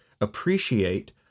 appreciate